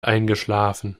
eingeschlafen